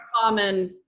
common